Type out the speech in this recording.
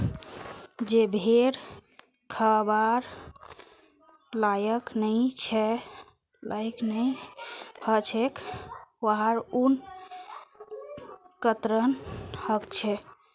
जे भेड़ खबार लायक नई ह छेक वहार ऊन कतरन ह छेक